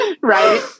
right